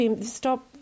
stop